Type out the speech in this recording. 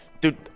dude